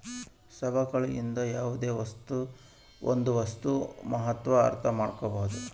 ಸವಕಳಿಯಿಂದ ಯಾವುದೇ ಒಂದು ವಸ್ತುಗಳ ಮಹತ್ವ ಅರ್ಥ ಮಾಡ್ಕೋಬೋದು